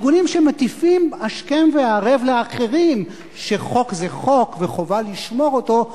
ארגונים שמטיפים השכם והערב לאחרים שחוק זה חוק וחובה לשמור אותו,